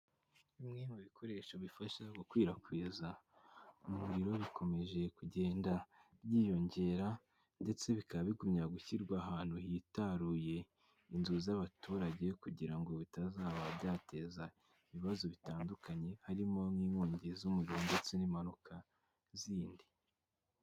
Bimwe mu bikoresho bifasha gukwirakwiza, umuro bikomeje kugenda, byiyongera, ndetse bikaba bigumya gushyirwa ahantu hitaruye, inzu z'abaturage kugira ngo bitazaba byateza, ibibazo bitandukanye harimo nk'inkongi z'umuriro ndetse n'impanuka zindi.